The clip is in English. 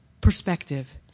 perspective